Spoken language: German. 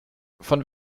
von